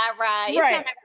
right